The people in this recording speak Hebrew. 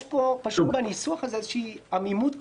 יש בניסוח הזה איזושהי עמימות כפולה.